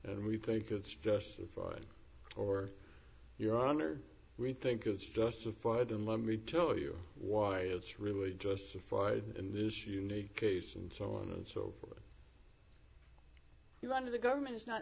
and we think it's justified or your honor we think it's justified and let me tell you why it's really justified in this unique case and so on and so you wonder the government is not